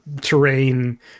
terrain